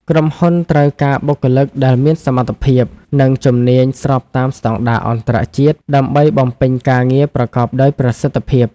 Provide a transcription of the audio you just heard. ក្រុមហ៊ុនត្រូវការបុគ្គលិកដែលមានសមត្ថភាព និងជំនាញស្របតាមស្តង់ដារអន្តរជាតិ ដើម្បីបំពេញការងារប្រកបដោយប្រសិទ្ធភាព។